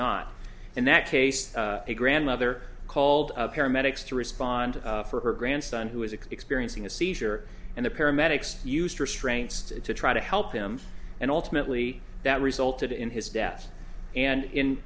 not in that case a grandmother called of paramedics to respond for her grandson who was experiencing a seizure and the paramedics used restraints to try to help him and ultimately that resulted in his death and in